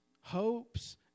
hopes